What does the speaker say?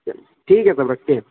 ٹھیک ہے تب رکھتے ہیں